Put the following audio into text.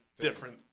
different